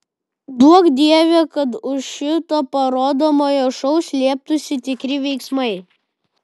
duok dieve kad už šito parodomojo šou slėptųsi tikri veiksmai